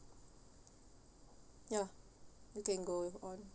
ya you can go on